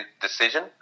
decision